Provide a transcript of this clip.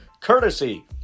courtesy